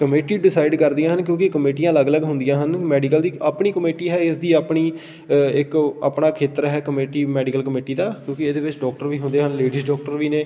committee decide ਕਰਦੀਆਂ ਹਨ ਕਿਉਂਕਿ ਕਮੇਟੀਆਂ ਅਲੱਗ ਅਲੱਗ ਹੁੰਦੀਆਂ ਹਨ ਮੈਡੀਕਲ ਦੀ ਇੱਕ ਆਪਣੀ ਕਮੇਟੀ ਹੈ ਇਸ ਦੀ ਆਪਣੀ ਇੱਕ ਉਹ ਆਪਣਾ ਖੇਤਰ ਹੈ ਕਮੇਟੀ ਮੈਡੀਕਲ ਕਮੇਟੀ ਦਾ ਕਿਉਂਕਿ ਇਹਦੇ ਵਿੱਚ ਡੋਕਟਰ ਵੀ ਹੁੰਦੇ ਹਨ ਲੇਡੀਜ਼ ਡੋਕਟਰ ਵੀ ਨੇ